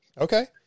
Okay